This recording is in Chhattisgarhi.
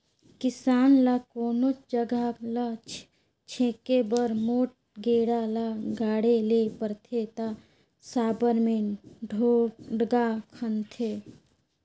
किसान ल कोनोच जगहा ल छेके बर मोट गेड़ा ल गाड़े ले परथे ता साबर मे ढोड़गा खनथे